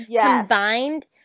Combined